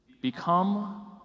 Become